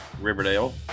Riverdale